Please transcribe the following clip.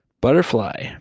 butterfly